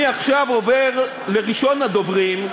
אני עכשיו עובר לראשון הדוברים,